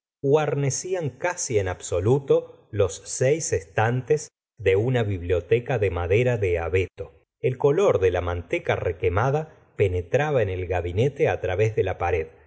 guarnecían casi en absoluto los seis estantes de una biblioteca de madera de abeto el olor de la manteca requemada penetraba en el gabinete través de la pared